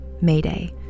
Mayday